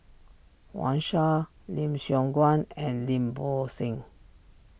Wang Sha Lim Siong Guan and Lim Bo Seng